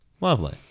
Lovely